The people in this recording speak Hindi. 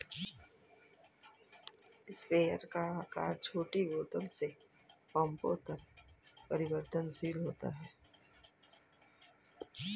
स्प्रेयर का आकार छोटी बोतल से पंपों तक परिवर्तनशील होता है